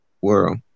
world